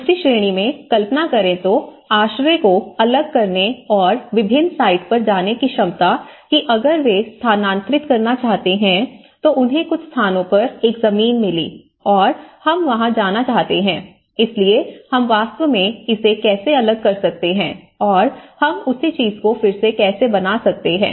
दूसरी श्रेणी में कल्पना करें तो आश्रय को अलग करने और विभिन्न साइट पर जाने की क्षमता कि अगर वे स्थानांतरित करना चाहते हैं तो उन्हें कुछ स्थानों पर एक जमीन मिली और हम वहां जाना चाहते हैं इसलिए हम वास्तव में इसे कैसे अलग कर सकते हैं और हम उसी चीज़ को फिर से कैसे बना सकते हैं